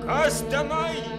kas tenai